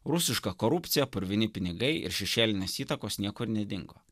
rusiška korupcija purvini pinigai ir šešėlinės įtakos niekur nedingo